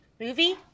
movie